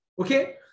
Okay